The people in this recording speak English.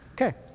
Okay